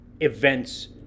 events